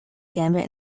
gambit